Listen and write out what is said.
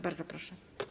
Bardzo proszę.